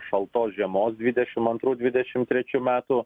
šaltos žiemos dvidešimt antrų dvidešimt trečių metų